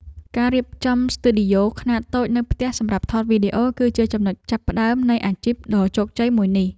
ការរៀបចំស្ទីឌីយ៉ូខ្នាតតូចនៅផ្ទះសម្រាប់ថតវីដេអូ គឺជាចំណុចចាប់ផ្តើមនៃអាជីពដ៏ជោគជ័យមួយនេះ។